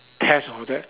test objects